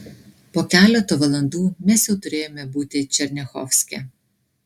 po keleto valandų mes jau turėjome būti černiachovske